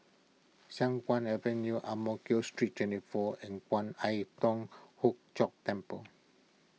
Siang Kuang Avenue Ang Mo Kio Street twenty four and Kwan Im Thong Hood Cho Temple